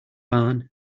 barn